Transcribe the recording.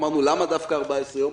אמרנו: למה דווקא 14 ימים?